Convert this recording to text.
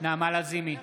נעמה לזימי,